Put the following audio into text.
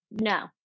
No